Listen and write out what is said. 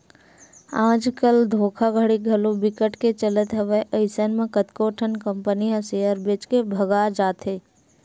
आज कल धोखाघड़ी घलो बिकट के चलत हवय अइसन म कतको ठन कंपनी ह सेयर बेच के भगा जाथे